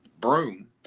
Broom